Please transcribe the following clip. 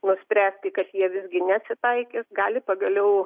nuspręsti kas jie visgi nesitaikys gali pagaliau